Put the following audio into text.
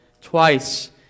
Twice